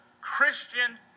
Christian